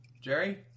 Jerry